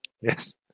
yes